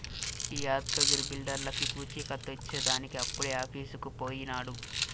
ఈ యాద్గగిరి బిల్డర్లకీ పూచీకత్తు ఇచ్చేదానికి ఇప్పుడే ఆఫీసుకు పోయినాడు